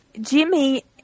Jimmy